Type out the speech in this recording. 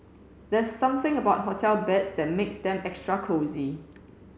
there's something about hotel beds that makes them extra cosy